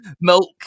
milk